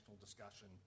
discussion